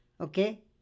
Okay